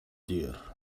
dear